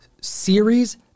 series